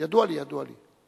ידוע לי, ידוע לי.